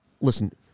Listen